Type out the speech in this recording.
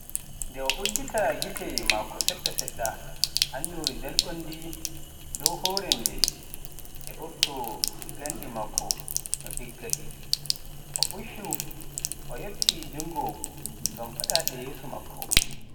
Nde o udditi gite makko seeɗa seeɗa, annoore jalbunde dow hoore ndee ina ɓuuɓtoo e ngaandi makko no dagger nii. O ɓuuccii, o ƴefti junngo ngam faddaade yeeso makko.